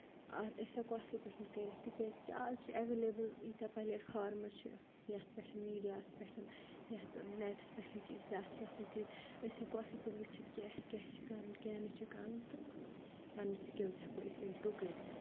أسۍ ہیٚکو اَصٕل پٲٹھۍ کٔرِتھ تِکیازِ کہِ آز چھُ ایٚولیبٕل یِیٖتیہ پَلیٹ فارمٕز چھِ یَتھ پیٚٹھ میٖڈیا ہَس پیٚٹھ یتھ نیٚٹس پیٚٹھ چھِ یتھ اَصٕل اَصٕل چیٖز أسۍ ہیٚکو اَصٕل پٲٹھۍ وُچھِتھ کہِ اَسہِ کیاہ چھُ کَرُن کیاہ نہٕ چھُ کَرُن تہٕ پَنٕنی سِکِلز ہیٚکو أسۍ اِمپرو کٔرِتھ